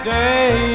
day